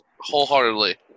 wholeheartedly